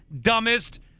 dumbest